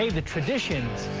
the traditions.